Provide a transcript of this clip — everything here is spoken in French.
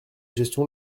gestion